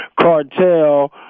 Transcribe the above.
cartel